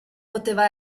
poteva